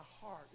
heart